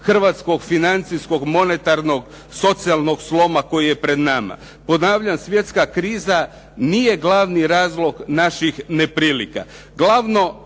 hrvatskog financijskog monetarnog, socijalnog sloma koji je pred nama. Ponavljam, svjetska kriza nije glavni razlog naših neprilika.